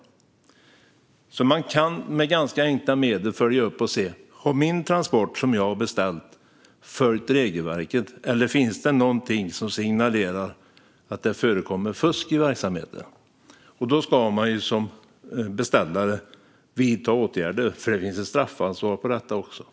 Man kan alltså med ganska enkla medel följa upp och se om den transport som man har beställt har följt regelverket eller om det finns någonting som signalerar att det förekommer fusk i verksamheten. I så fall ska man som beställare vidta åtgärder - det finns nämligen också ett straffansvar här.